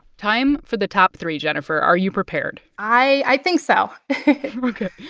time for the top three, jennifer. are you prepared? i think so ok.